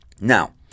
Now